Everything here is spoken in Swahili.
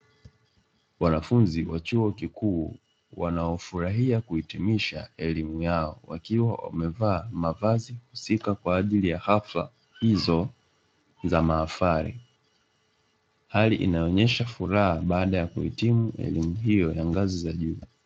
Wanafunzi wa chuo kikuu wanaofurahia kuhitimisha elimu yao, wakiwa wamevaa mavazi husika kwa ajili ya hafla hizo za mahafali. Hali inaonyesha furaha baada ya kuhitimu elimu hiyo ya ngazi za juu.